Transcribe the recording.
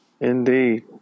Indeed